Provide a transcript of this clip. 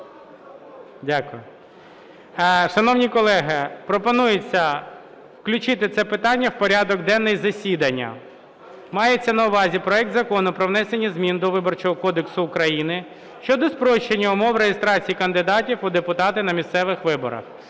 Дякую. Шановні колеги, пропонується включити це питання в порядок денний засідання. Мається на увазі проект Закону про внесення змін до Виборчого кодексу України щодо спрощення умов реєстрації кандидатів у депутати на місцевих виборах